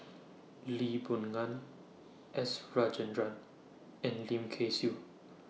Lee Boon Ngan S Rajendran and Lim Kay Siu